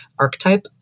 archetype